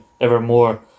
evermore